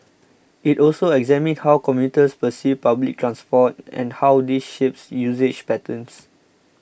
it also examined how commuters perceive public transport and how this shapes usage patterns